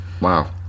wow